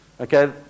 Okay